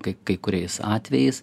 kai kai kuriais atvejais